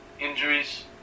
injuries